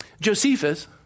Josephus